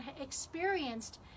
experienced